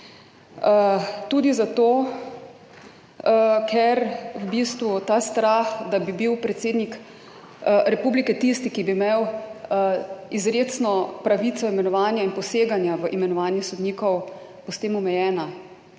tudi zato, ker v bistvu obstaja ta strah, da bi bil predsednik republike tisti, ki bi imel izrecno pravico imenovanja in poseganja v imenovanje sodnikov, s tem pa bo omejena.